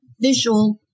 visual